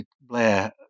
Blair